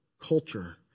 culture